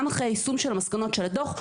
גם אחרי היישום של מסקנות הדוח.